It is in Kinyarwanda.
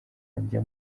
njya